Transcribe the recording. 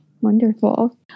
Wonderful